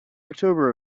october